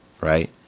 right